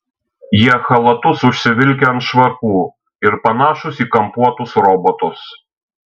jie chalatus užsivilkę ant švarkų ir panašūs į kampuotus robotus